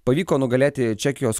pavyko nugalėti čekijos